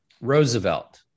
roosevelt